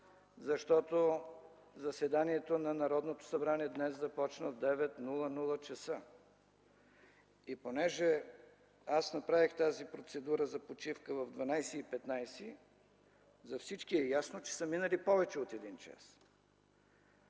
защото заседанието на Народното събрание днес започна в 9,00 ч. Понеже аз направих тази процедура за почивка в 12,15 ч., за всички е ясно, че са минали повече от един час.